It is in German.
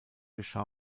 geschah